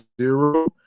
zero